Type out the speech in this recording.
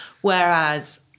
Whereas